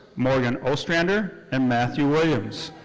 morgan ostrander and matthew williams.